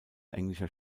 englischer